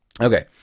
Okay